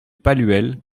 palluel